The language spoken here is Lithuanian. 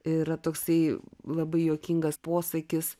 yra toksai labai juokingas posakis